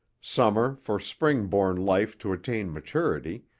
summer for spring-born life to attain maturity,